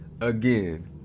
Again